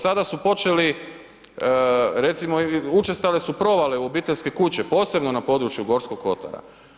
Sada su počeli recimo učestale su provale u obiteljske kuće, posebno na području Gorskog kotara.